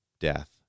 death